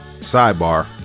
sidebar